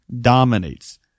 dominates